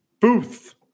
Booth